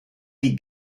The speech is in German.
die